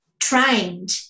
trained